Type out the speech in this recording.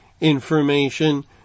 information